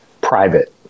Private